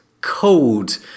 cold